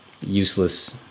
useless